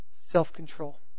self-control